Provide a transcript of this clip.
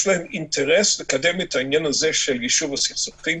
יש להם אינטרס לקדם את העניין הזה של יישוב הסכסוכים,